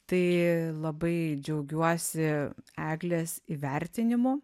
tai labai džiaugiuosi eglės įvertinimu